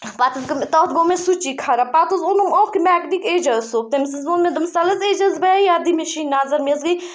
پَتہٕ حظ کٔر مےٚ تَتھ گوٚو مےٚ سُچی خراب پَتہٕ حظ اوٚنُم اَکھ میٚکنِک اعجاز صٲب تٔمِس حظ ووٚن مےٚ دوٚپمَس تَلہٕ حظ اعجاز بَیا یَتھ دِ مِشیٖن نظر مےٚ حظ گٔیٚے